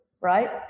right